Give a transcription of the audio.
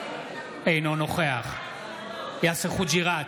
אינו נוכח יאסר חוג'יראת,